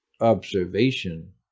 observation